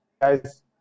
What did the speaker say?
guys